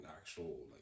actual